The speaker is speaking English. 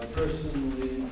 personally